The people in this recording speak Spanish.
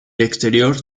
exterior